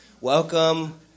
welcome